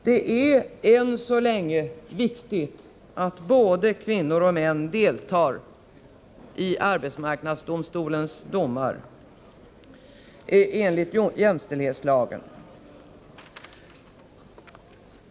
Det är än så länge viktigt att både kvinnor och män deltar i arbetsdomstolens domar enligt jämställdhetslagen.